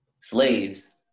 slaves